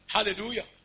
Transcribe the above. Hallelujah